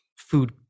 food